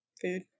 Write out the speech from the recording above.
Food